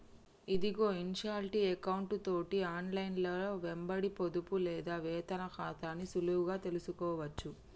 ఇదిగో ఇన్షాల్టీ ఎకౌంటు తోటి ఆన్లైన్లో వెంబడి పొదుపు లేదా వేతన ఖాతాని సులువుగా తెలుసుకోవచ్చు